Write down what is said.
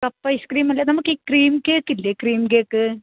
cup ഐസ്ക്രീമിൽ നമുക്ക് ഈ ക്രീം കേക്ക് ഇല്ലേ ക്രീം കേക്ക്